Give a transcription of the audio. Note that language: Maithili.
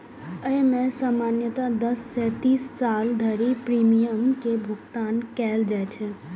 अय मे सामान्यतः दस सं तीस साल धरि प्रीमियम के भुगतान कैल जाइ छै